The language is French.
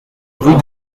rue